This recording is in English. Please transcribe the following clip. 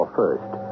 first